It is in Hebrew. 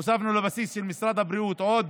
הוספנו לבסיס של משרד הבריאות עוד